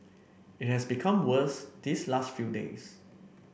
it has become worse these last few days